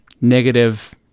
negative